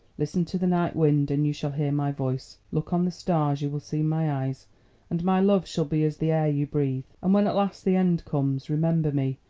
listen to the night wind and you shall hear my voice look on the stars, you will see my eyes and my love shall be as the air you breathe. and when at last the end comes, remember me,